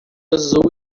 azul